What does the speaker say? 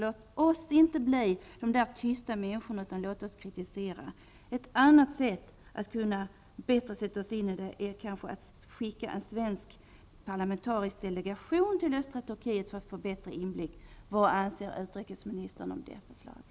Låt oss inte bli de där tysta människorna utan låt oss kritisera. Ett annat sätt att bättre sätta sig in i problemen är kanske att sända en svensk parlamentarisk delegation till östra Turkiet i syfte att få bättre inblick. Vad anser utrikesministern om det förslaget?